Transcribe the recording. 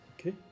Okay